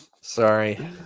Sorry